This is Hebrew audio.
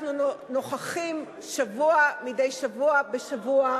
אנחנו נוכחים מדי שבוע בשבוע